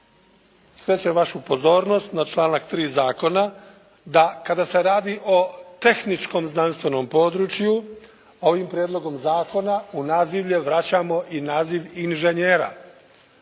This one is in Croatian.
Skrećem vašu pozornost na članak 3. Zakona da kada se radi o tehničkom znanstvenom području ovim prijedlogom Zakona u nazivlje vraćamo i naziv inženjera.